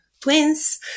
twins